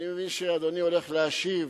אני מבין שאדוני הולך להשיב